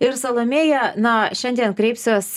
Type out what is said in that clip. ir salomėja na šiandien kreipsiuos